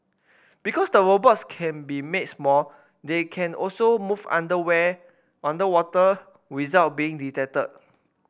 because the robots can be made small they can also move underwear underwater without being detected